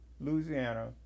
Louisiana